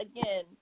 again